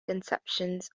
conceptions